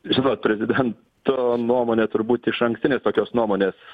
žinot prezidento nuomonė turbūt išankstinės tokios nuomonės